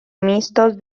mixtos